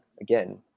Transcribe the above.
Again